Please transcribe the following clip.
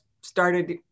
started